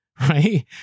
right